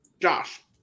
Josh